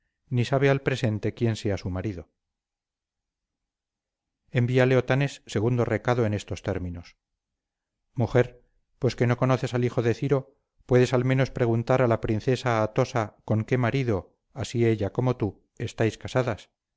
al presente quién sea su marido envíale otanes segundo recado en estos términos mujer pues que no conoces al hijo de ciro puedes al menos preguntar a la princesa atosa con qué marido así ella como tú estáis casadas